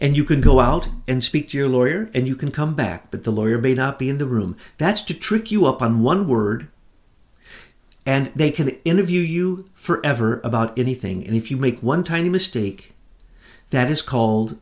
and you can go out and speak to your lawyer and you can come back but the lawyer may not be in the room that's to trick you up on one word and they can interview you forever about anything and if you make one tiny mistake that is called